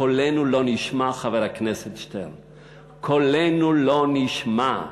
קולנו לא נשמע, חבר הכנסת שטרן, קולנו לא נשמע.